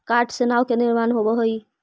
काठ से नाव के निर्माण होवऽ हई